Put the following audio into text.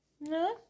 No